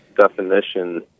definition